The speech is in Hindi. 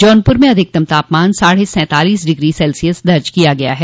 जौनपुर में अधिकतम तापमान साढ़े सैंतालीस डिग्री सेल्सियस दर्ज किया गया है